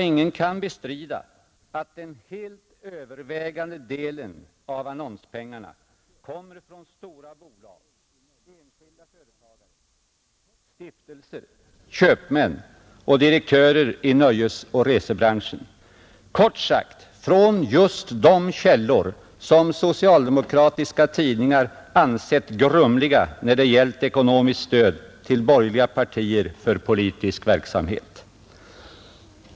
Ingen kan bestrida att den helt övervägande delen av annonspengarna kommer från stora bolag, enskilda företagare, stiftelser, köpmän, och direktörer i nöjesoch resebranschen — kort sagt just de källor som socialdemokratiska tidningar ansett grumliga när det gällt ekonomiskt stöd till borgerliga partier för politisk verksamhet.